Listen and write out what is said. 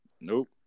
Nope